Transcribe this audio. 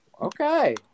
Okay